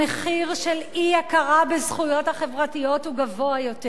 המחיר של אי-הכרה בזכויות החברתיות הוא גבוה יותר,